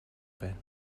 байна